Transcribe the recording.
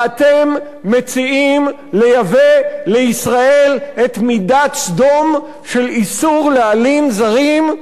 ואתם מציעים לייבא לישראל את מידת סדום של איסור להלין זרים?